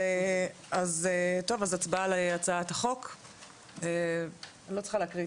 הצבעה הצעת החוק התקבלה.